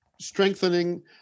strengthening